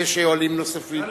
אם יש שואלים נוספים?